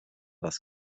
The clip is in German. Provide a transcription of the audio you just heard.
was